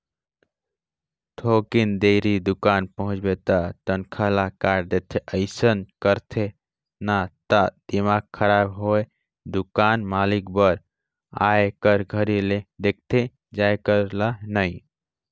थोकिन देरी दुकान पहुंचबे त तनखा ल काट देथे अइसन करथे न त दिमाक खराब होय दुकान मालिक बर आए कर घरी ले देखथे जाये कर ल नइ